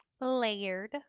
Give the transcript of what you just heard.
layered